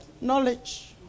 Knowledge